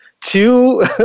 two